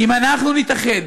אם אנחנו נתאחד,